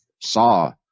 saw